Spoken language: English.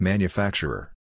Manufacturer